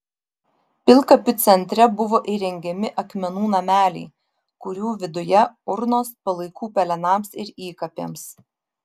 pilkapių centre buvo įrengiami akmenų nameliai kurių viduje urnos palaikų pelenams ir įkapėms